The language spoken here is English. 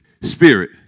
spirit